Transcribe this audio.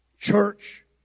church